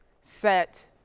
Set